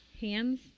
Hands